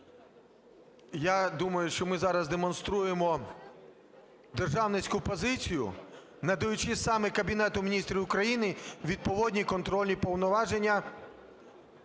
Я думаю, що ми зараз демонструємо державницьку позицію, надаючи саме Кабінету Міністрів України відповідний контроль і повноваження,